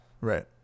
Right